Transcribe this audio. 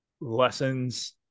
lessons